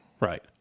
Right